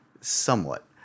somewhat